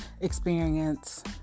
experience